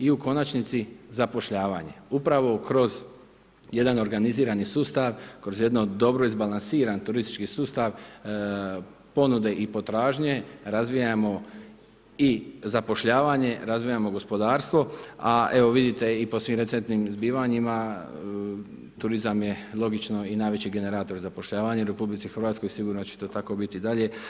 I u konačnici zapošljavanje, upravo kroz jedan organizirani sustav, kroz jedan dobro izbalansiran turistički sustav ponude i potražnje, razvijamo i zapošljavanje, razvijamo gospodarstvo, a evo vidite i po svim recentnim zbivanjima, turizam je logično i najveći generator zapošljavanja RH sigurno će to tako biti i dalje.